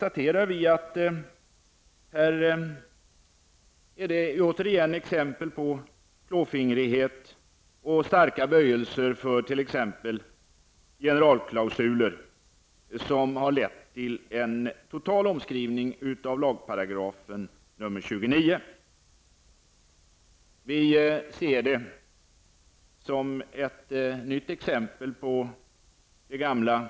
Här har vi ytterligare ett exempel på klåfingrighet och på att man har starka böjelser för t.ex. generalklausuler. Detta har lett till en total omskrivning av 29 § vapenlagen, där det stadgas i vilka fall återkallelse av tillstånd skall ske.